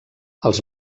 els